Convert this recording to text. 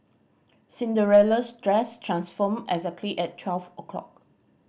Cinderella's dress transformed exactly at twelve o'clock